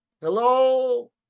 Hello